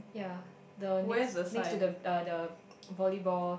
ya the next next to the uh the volleyball